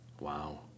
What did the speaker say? Wow